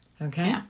Okay